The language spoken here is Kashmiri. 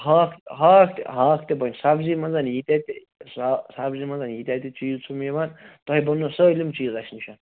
ہاکھ ہاکھ تہِ ہاکھ تہِ بنہِ سبزی مَنٛز ییٖتیٛاہ تہِ سبزی مَنٛز ییٖتیٛاہ تہِ چیٖز چھُ مےٚ یوان تۄہہِ بَنیو سٲلِم چیٖز اَسہِ نش